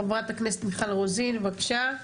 חברת הכנסת, מיכל רוזין, בבקשה.